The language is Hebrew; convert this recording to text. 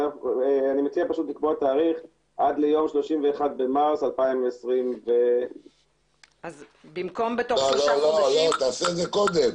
אלא אני מציע לקבוע תאריך עד 31 במרס 2021. תעשה את זה קודם,